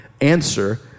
answer